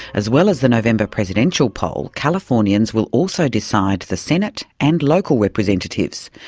as well as the november presidential poll californians will also decide the senate and local representatives.